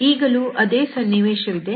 ಈಗಲೂ ಅದೇ ಸನ್ನಿವೇಶವಿದೆ